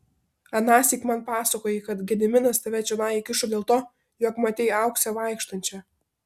anąsyk man pasakojai kad gediminas tave čionai įkišo dėl to jog matei auksę vaikštančią